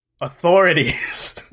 authorities